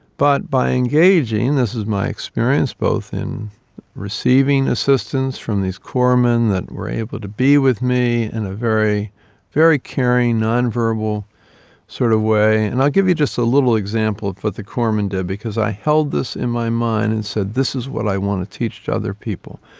but by engaging, this is my experience both in receiving assistance from these corpsmen that were able to be with me in a very very caring, non-verbal sort of way. and i'll give you just a little example of what the corpsmen did because i held this in my mind and said this is what i want to teach to other people.